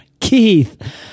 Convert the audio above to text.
Keith